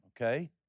okay